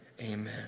Amen